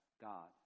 God